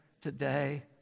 today